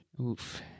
Oof